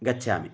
गच्छामि